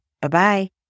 Bye-bye